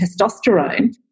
testosterone